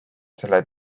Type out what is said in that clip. selle